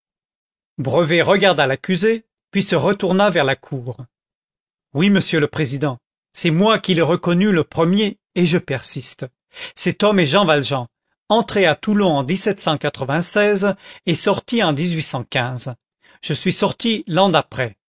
brevet regarda l'accusé puis se retourna vers la cour oui monsieur le président c'est moi qui l'ai reconnu le premier et je persiste cet homme est jean valjean entré à toulon en et sorti en je suis sorti l'an d'après